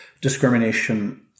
discrimination